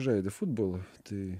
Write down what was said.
žaidė futbolą tai